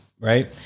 Right